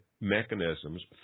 mechanisms